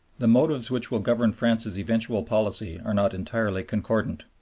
the motives which will govern france's eventual policy are not entirely concordant.